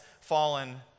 fallen